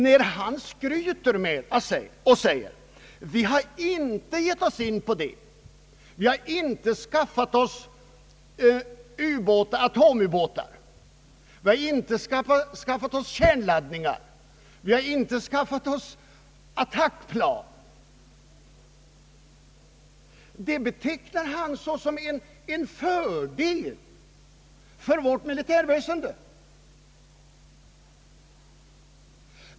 När han sade att vi inte skaffat oss atomubåtar, att vi inte skaffat oss kärnladdningar och att vi inte skaffat oss attackplan, betecknade han detta såsom en fördel för vårt militärväsende.